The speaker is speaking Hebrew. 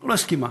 לא הסכימה.